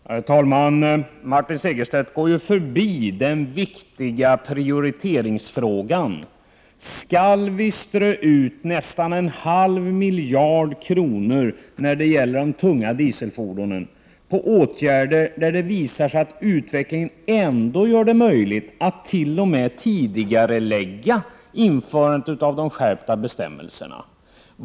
Herr talman! Martin Segerstedt går förbi den viktiga prioriteringsfrågan: Skall vi strö ut nästan en halv miljard kronor på åtgärder när det gäller de tunga dieselfordonen, när det visar sig att utvecklingen ändå gör det möjligt att t.o.m. tidigarelägga införandet av de skärpta bestämmelserna?